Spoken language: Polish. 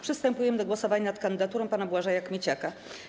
Przystępujemy do głosowania nad kandydaturą pana Błażeja Kmieciaka.